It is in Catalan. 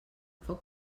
foc